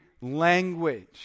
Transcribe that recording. language